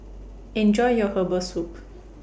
Enjoy your Herbal Soup